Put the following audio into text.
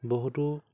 বহুতো